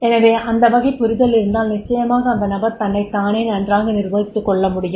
எனவே அந்த வகை புரிதல் இருந்தால் நிச்சயமாக அந்த நபர் தன்னைத் தானே நன்றாக நிர்வகித்துக் கொள்ள முடியும்